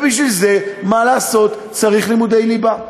ובשביל זה, מה לעשות, צריך לימודי ליבה.